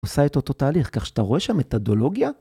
עושה את אותו תהליך כך שאתה רואה שהמתדולוגיה...